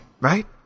right